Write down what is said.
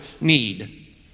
need